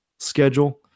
Schedule